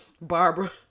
Barbara